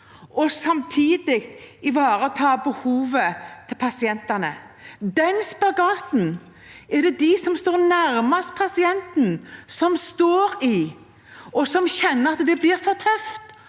og samtidig ivareta behovet til pasientene. Den spagaten er det de som står nærmest pasienten, som står i. De kjenner at det blir for tøft,